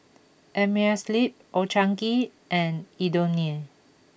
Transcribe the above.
Amerisleep Old Chang Kee and Indomie